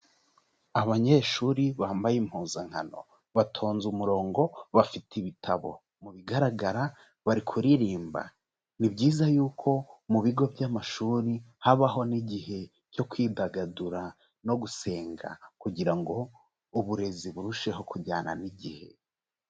Abanyeshuri bambaye impuzankano. Batonze umurongo bafite ibitabo. Mu bigaragara bari kuririmba. Ni byiza yuko mu bigo by'amashuri habaho n'igihe cyo kwidagadura no gusenga kugira ngo uburezi burusheho kujyana n'igihe.